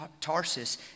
Tarsus